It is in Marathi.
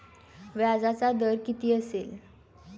व्याजाचा दर किती असेल?